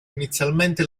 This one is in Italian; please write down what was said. inizialmente